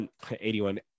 81